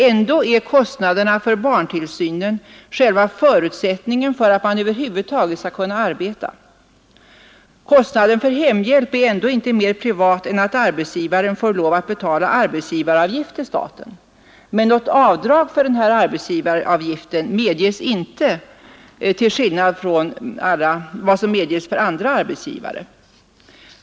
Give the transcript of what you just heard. Ändå är kostnaderna för barntillsynen själva förutsättningen för att man över huvud taget skall kunna arbeta. Kostnaden för hemhjälp är ändå inte mer privat än att arbetsgivaren får lov att betala arbetsgivaravgift till staten, men något avdrag för den arbetsgivaravgiften medges inte till skillnad från vad som gäller för alla andra arbetsgivare.